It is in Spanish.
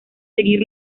seguir